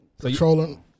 Controlling